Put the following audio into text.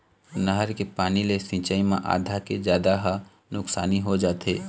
नहर के पानी ले सिंचई म आधा के जादा ह नुकसानी हो जाथे